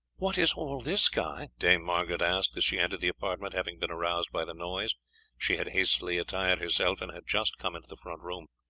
what is all this, guy? dame margaret asked as she entered the apartment. having been aroused by the noise she had hastily attired herself, and had just come into the front room.